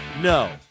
no